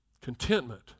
Contentment